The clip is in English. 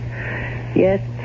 Yes